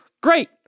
Great